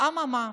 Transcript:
אממה,